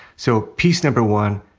so piece number one,